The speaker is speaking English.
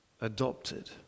adopted